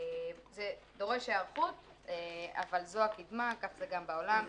זה דורש היערכות, אבל זו הקידמה, כך זה גם בעולם.